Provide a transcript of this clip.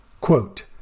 Quote